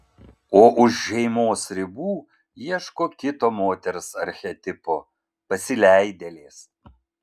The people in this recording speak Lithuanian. o už šeimos ribų ieško kito moters archetipo pasileidėlės